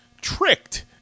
tricked